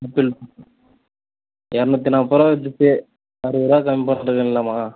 இரநூத்தி நாற்பதுரூவா விற்றுச்சி அறுபதுரூவா கம்மி பண்ணி இருக்கேன்லம்மா